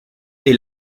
est